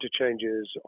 interchanges